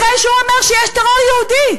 אחרי שהוא אומר שיש טרור יהודי.